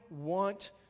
want